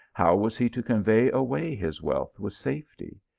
how was he to convey away his wealth with safety?